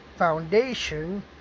foundation